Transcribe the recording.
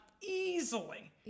easily